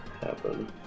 happen